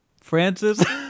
Francis